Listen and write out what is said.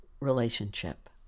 relationship